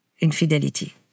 infidelity